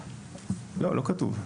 לא, לא כתוב.